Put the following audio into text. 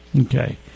Okay